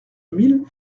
mille